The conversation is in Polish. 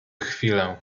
chwilę